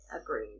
Agreed